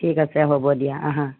ঠিক আছে হ'ব দিয়া আহা